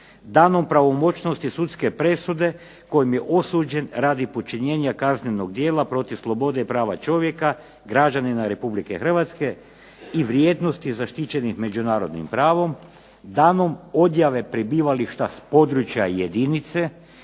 danom pravomoćnosti sudske presude kojom je osuđen radi počinjenja kaznenog djela protiv slobode i prava čovjeka, građanina Republike Hrvatske i vrijednosti zaštićenih međunarodnim pravom, danom odjave prebivališta s područja jedinice,